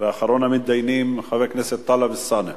ואחרון המתדיינים, חבר הכנסת טלב אלסאנע.